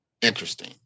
interesting